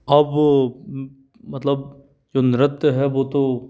अब मतलब जो नृत्य है वो तो